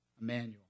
Emmanuel